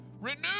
Renew